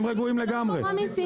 הם רגועים לגמרי.